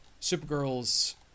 supergirl's